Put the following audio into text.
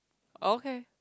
okay